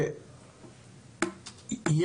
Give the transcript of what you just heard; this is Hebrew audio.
אני